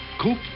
Coop